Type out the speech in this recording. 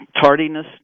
Tardiness